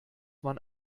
man